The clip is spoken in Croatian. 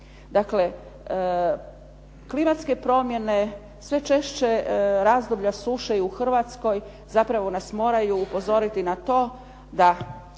Dakle, klimatske promjene, sve češće razdoblja suše i u Hrvatskoj zapravo nas moraju upozoriti na to da